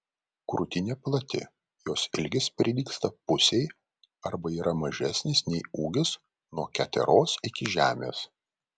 krūtinė plati jos ilgis prilygsta pusei arba yra mažesnis nei ūgis nuo keteros iki žemės